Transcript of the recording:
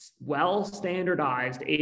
well-standardized